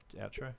outro